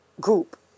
group